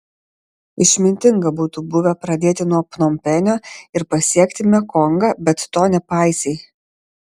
išmintinga būtų buvę pradėti nuo pnompenio ir pasiekti mekongą bet to nepaisei